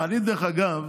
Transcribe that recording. דרך אגב,